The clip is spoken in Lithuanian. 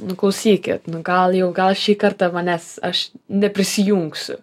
nu klausykit nu gal jau gal šį kartą manęs aš neprisijungsiu